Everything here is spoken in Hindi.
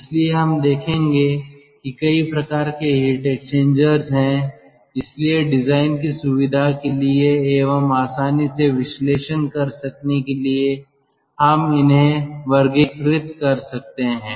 इसलिए हम देखेंगे कि कई प्रकार के हीट एक्सचेंजर्स हैं इसलिए डिजाइन की सुविधा के लिए एवं आसानी से विश्लेषण कर सकने के लिए हम इन्हें वर्गीकृत कर सकते हैं